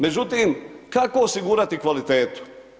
Međutim kako osigurati kvalitetu?